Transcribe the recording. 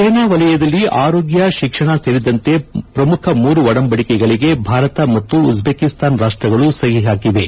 ಸೇನಾ ವಲಯದಲ್ಲಿ ಆರೋಗ್ಲ ಶಿಕ್ಷಣ ಸೇರಿದಂತೆ ಪ್ರಮುಖ ಮೂರು ಒಡಂಬಡಿಕೆಗಳಿಗೆ ಭಾರತ ಮತ್ತು ಉಜ್ಲೇಕಿಸ್ತಾನ ರಾಷ್ಸಗಳು ಸಹಿ ಹಾಕಿವೆ